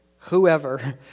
Whoever